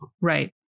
Right